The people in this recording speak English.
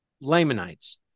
Lamanites